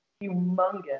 humongous